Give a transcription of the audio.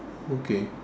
okay